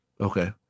Okay